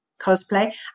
cosplay